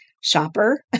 shopper